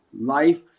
life